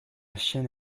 chaîne